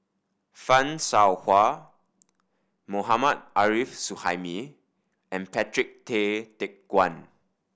Fan Shao Hua Mohammad Arif Suhaimi and Patrick Tay Teck Guan